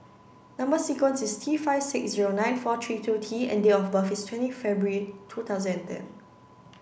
number sequence is T five six zero nine four three two T and date of birth is twenty February two thousand and ten